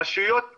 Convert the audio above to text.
רשויות בגליל,